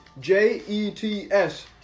J-E-T-S